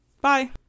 Bye